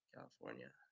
California